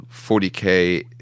40K